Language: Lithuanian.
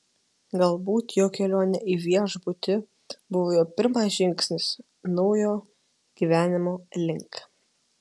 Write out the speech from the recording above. galbūt jo kelionė į viešbutį buvo jo pirmas žingsnis naujo gyvenimo link